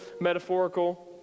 metaphorical